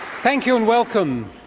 thank you and welcome.